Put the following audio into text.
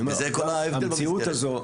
זה כל ההבדל במסגרת הזו.